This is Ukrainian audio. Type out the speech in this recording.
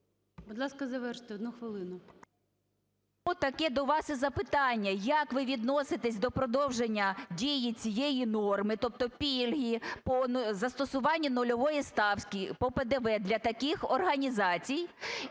Будь ласка, завершити одну хвилину.